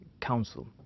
Council